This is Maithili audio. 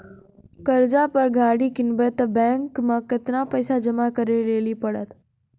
कर्जा पर गाड़ी किनबै तऽ बैंक मे केतना पैसा जमा करे लेली पड़त?